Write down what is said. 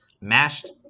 mashed